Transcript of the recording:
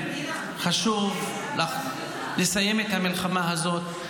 חשוב לסיים את המלחמה הזו.